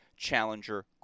challenger